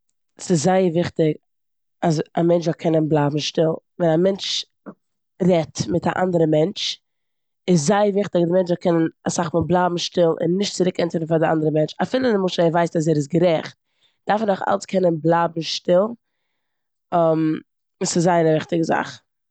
ס'זייער וויכטיג אז א מענטש זאל קענען בלייבן שטיל. ווען א מענטש רעדט מיט א אנדערע מענטש איז זייער וויכטיג אז די מענטש זאל קענען אסאך מאל בלייבן שטיל און נישט צוריקענטפערן פאר די אנדערע מענטש אפילו למשל ער ווייסט אז ער איז גערעכט דארף ער נאכאלץ קענען בלייבן שטיל. ס'איז זייער א וויכטיגע זאך.